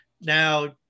Now